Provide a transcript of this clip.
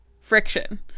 friction